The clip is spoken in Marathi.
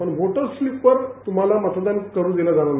परंतू व्होटर स्लीपवर तृम्हाला मतदान करू दिलं जाणार नाही